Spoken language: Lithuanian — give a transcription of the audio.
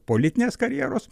politinės karjeros